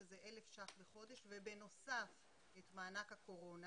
שזה 1,000 ש"ח לחודש ובנוסף את מענק הקורונה.